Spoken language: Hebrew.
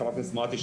חברת הכנסת מואטי,